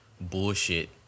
bullshit